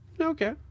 Okay